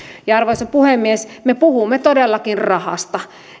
arvoisa puhemies me puhumme todellakin rahasta